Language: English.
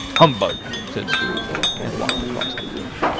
humbug! said scrooge and walked across the room.